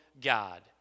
God